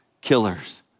killers